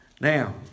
Now